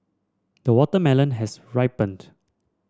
the watermelon has ripened